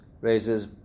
raises